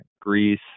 Greece